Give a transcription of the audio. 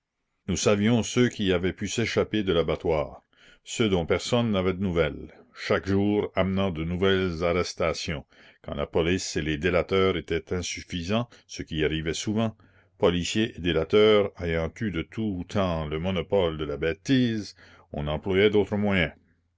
nous savions ceux qui avaient pu s'échapper de l'abattoir ceux dont personne n'avait de nouvelles chaque jour amenant de nouvelles arrestations quand la police et les délateurs étaient insuffisants ce qui arrivait souvent policiers et délateurs ayant eu de tout temps le monopole de la bêtise on employait d'autres moyens